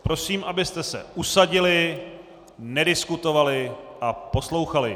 Prosím, abyste se usadili, nediskutovali a poslouchali.